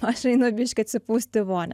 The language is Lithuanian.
o aš einu biškį atsipūst į vonią